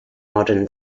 modern